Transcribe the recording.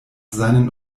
seinen